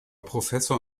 professor